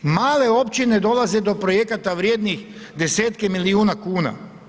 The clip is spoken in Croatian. Male općine dolaze do projekata vrijednih 10-tke milijuna kuna.